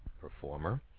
performer